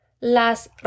Las